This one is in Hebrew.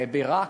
בעיראק,